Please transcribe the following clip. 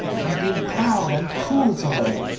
and been proud, and cruel to her.